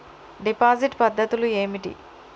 Deposit పద్ధతులు ఏమిటి?